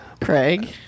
Craig